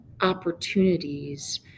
opportunities